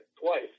twice